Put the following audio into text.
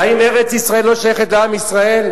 אז מישהו מדבר על זה